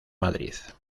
madrid